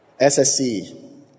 SSC